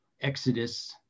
Exodus